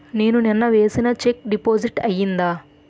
నేను నిన్న వేసిన చెక్ డిపాజిట్ అయిందా?